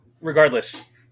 regardless